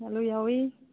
ꯑꯥꯜꯂꯨ ꯌꯥꯎꯏ